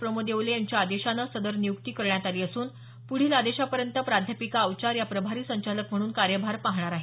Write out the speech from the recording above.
प्रमोद येवले यांच्या आदेशाने सदर नियुक्ती करण्यात आली असून पुढील आदेशापर्यंत प्राध्यापिका अवचार या प्रभारी संचालक म्हणून कार्यभार पाहणार आहेत